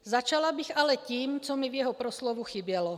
Začala bych ale tím, co mi v jeho proslovu chybělo.